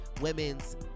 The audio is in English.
women's